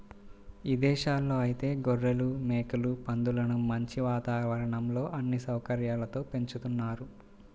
ఇదేశాల్లో ఐతే గొర్రెలు, మేకలు, పందులను మంచి వాతావరణంలో అన్ని సౌకర్యాలతో పెంచుతున్నారు